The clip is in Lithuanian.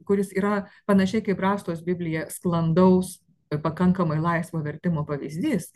kuris yra panašiai kaip brastos biblija sklandaus ir pakankamai laisvo vertimo pavyzdys